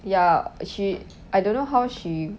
ya she I don't know how she